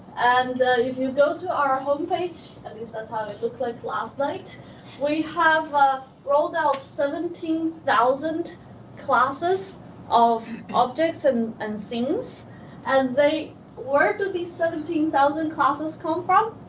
and if you go to our homepage at least that's how it looked like last night we have ah rolled out seventeen thousand classes of objects and and scenes. and they where do these seventeen thousand classes come from?